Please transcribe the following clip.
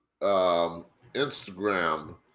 Instagram